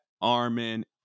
armin